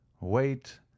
wait